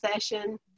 session